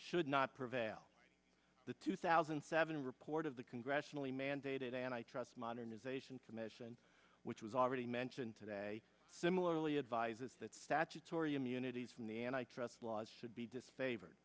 should not prevail the two thousand and seven report of the congressionally mandated and i trust modernization commission which was already mentioned today similarly advises that statutory immunities from the antitrust laws should be disfavored